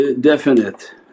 definite